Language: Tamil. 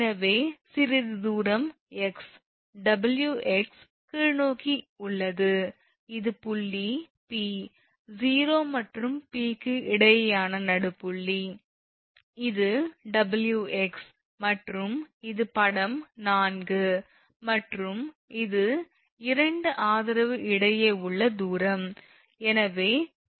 எனவே சிறிது தூரம் 𝑥 𝑊𝑥 கீழ்நோக்கி உள்ளது இது புள்ளி P 𝑂 மற்றும் 𝑃 க்கு இடையேயான நடுப்புள்ளி இது 𝑊𝑥 மற்றும் இது படம் 4 மற்றும் இது 2 ஆதரவு இடையே உள்ள தூரம்